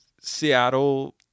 Seattle